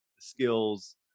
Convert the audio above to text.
skills